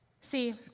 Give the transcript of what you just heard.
see